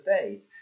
faith